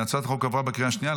הצעת החוק עברה בקריאה השנייה.